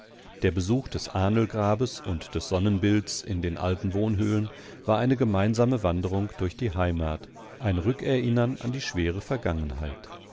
der besuch des ahnlgrabes und des sonnenbildes in den alten wohnhöhlen war eine gemeinsame wanderung durch die heimat ein rückerinnern an die schwere vergangenheit